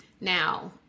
Now